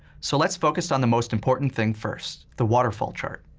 so let's focus on the most important thing first the waterfall chart.